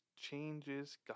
changes